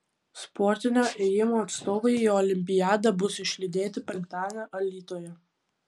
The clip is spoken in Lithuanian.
sportinio ėjimo atstovai į olimpiadą bus išlydėti penktadienį alytuje